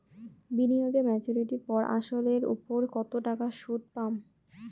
বিনিয়োগ এ মেচুরিটির পর আসল এর উপর কতো টাকা সুদ পাম?